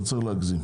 לא צריך להגזים.